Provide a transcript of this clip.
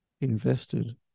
invested